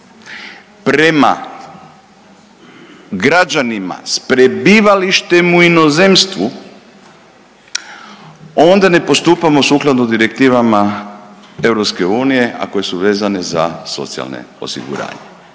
prema građanima sa prebivalištem u inozemstvu onda ne postupamo sukladno direktivama EU, a koje su vezane za socijalno osiguranje.